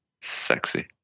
Sexy